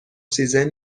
سیزن